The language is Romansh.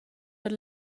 per